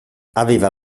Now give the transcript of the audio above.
aveva